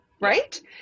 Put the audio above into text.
Right